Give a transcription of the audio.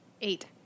Eight